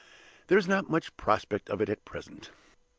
there is not much prospect of it at present.